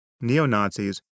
neo-Nazis